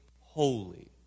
holy